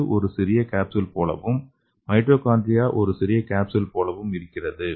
கரு ஒரு சிறிய காப்ஸ்யூல் போலவும் மைட்டோகாண்ட்ரியா ஒரு சிறிய காப்ஸ்யூல்கள் போலவும் இருக்கிறது